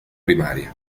primaria